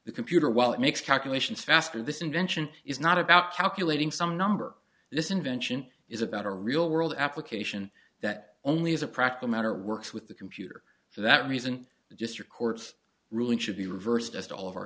the computer while it makes calculations faster this invention is not about calculating some number this invention is about a real world application that only as a practical matter works with the computer so that reason the district court's ruling should be reversed as to all of our